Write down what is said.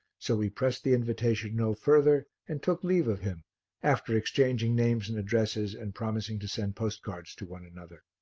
so we pressed the invitation no further and took leave of him after exchanging names and addresses and promising to send postcards to one another.